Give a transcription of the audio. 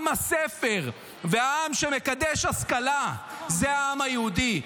עם הספר והעם שמקדש השכלה זה העם היהודי.